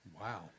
Wow